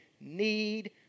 need